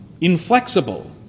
inflexible